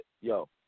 yo